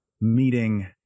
meeting